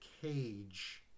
cage